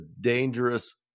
dangerous